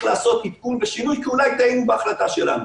לעשות עדכון ושינוי כי אולי טעינו בהחלטה שלנו.